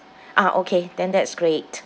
ah okay then that's great